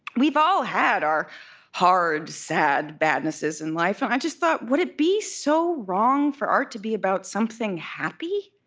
we've all had our hard, sad badnesses in life, and i just thought, would it be so wrong for art to be about something happy?